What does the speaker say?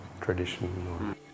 tradition